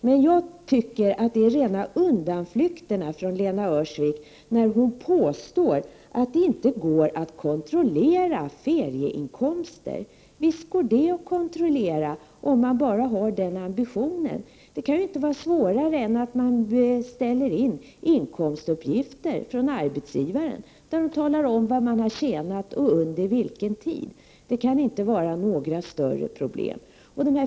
Men jag tycker att Lena Öhrsvik kommer med rena undanflykterna när hon påstår att det Prot. 1988/89:99 inte går att kontrollera ferieinkomster. Visst går de att kontrollera, om man 19 april 1989 bara har den ambitionen. Det kan inte vara svårare än att från arbetsgivaren beställa in inkomstuppgifter, som talar om vad man har tjänat och under vilken tid. Det kan inte vara några större problem.